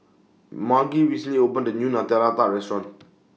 Margy recently opened New Nutella Tart Restaurant